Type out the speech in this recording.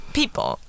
people